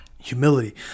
Humility